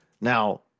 now